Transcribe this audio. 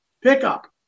pickup